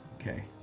Okay